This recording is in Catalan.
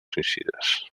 suïcides